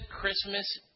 Christmas